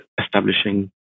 establishing